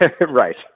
right